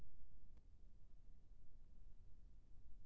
दिखाही बर बने योजना का हर हे?